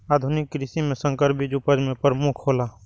आधुनिक कृषि में संकर बीज उपज में प्रमुख हौला